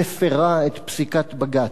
מפירה את פסיקת בג"ץ,